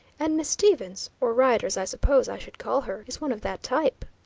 and miss stevens, or rider, as i suppose i should call her, is one of that type.